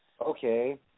okay